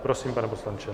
Prosím, pane poslanče.